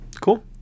cool